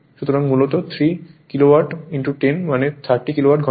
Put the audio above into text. সুতরাং মূলত 3 কিলোওয়াট 10 মানে 30 কিলোওয়াট ঘন্টা